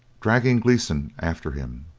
dragging gleeson after him,